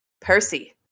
Percy